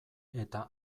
eta